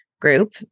group